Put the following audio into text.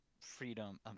freedom